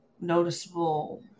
noticeable